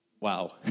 wow